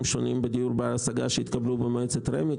שונים בדיור בר השגה שהתקבלו במועצת רמ"י.